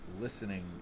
listening